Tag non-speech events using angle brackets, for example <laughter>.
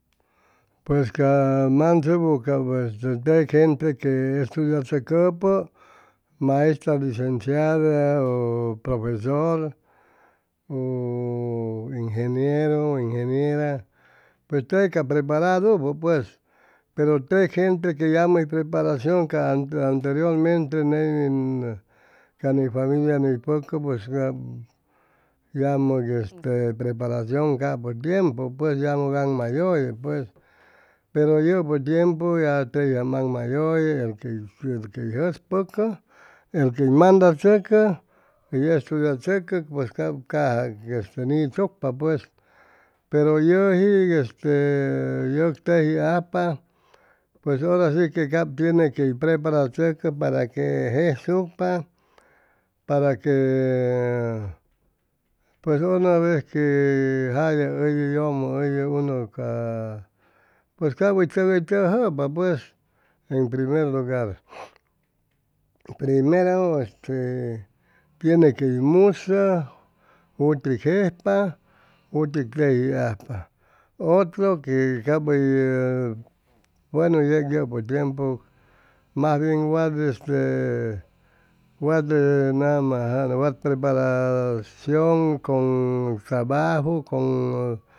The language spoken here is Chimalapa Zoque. Pues ca mansebu cap este tec gente que estudischʉcʉpʉ maestra, licenciada, u profesor u ingenieru. ingeniera pues tec ca preparadupʉ pues pero tec gete que yamʉ hʉy poreparacion ca anteriormente ney ca ni familia ni pʉcʉ pues cap yamʉg este preparacion capʉ tiempu pues yamʉg aŋmayʉye pues pero yʉpʉ tiempu ya tejiam aŋmayʉye el que hʉy jʉspʉcʉ el quey mandachʉcʉ hʉy estudiachʉcʉ pues cap caja nichʉcpa pues pero yʉji este yʉg tejiajpa puesora si que cap tiene quey praparachʉcʉ para que jejsucpa para que pues una vez que jalla ʉyʉ yʉmʉ ʉyʉ <hesitation> pues cap hʉy tʉk hʉy tʉjʉpa pues en primer lugar primero este tiene quey musʉ jutik jejpa jutik teji ajpa otro que cap hʉy buenu yeg yʉpʉ tiempu mas bien wat este nama ajaam wat preparacion con traaju con